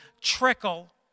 trickle